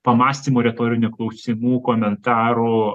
pamąstymų retorinių klausimų komentarų